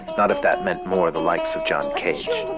not if that meant more the likes of john cage.